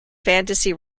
fantasy